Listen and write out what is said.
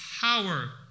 power